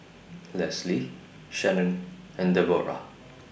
Lesli Shanon and Debora